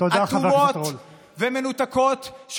אטומות ומנותקות, תודה, חבר הכנסת רול.